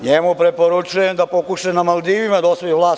Njemu preporučujem da pokuša na Maldivima da osvoji vlast.